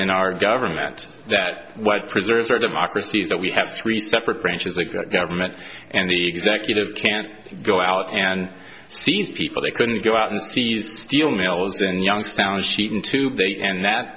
in our government that what preserves our democracy is that we have three separate branches of government and the executive can't go out and seize people they couldn't go out and seize steel mills and youngstown sheet into bait and that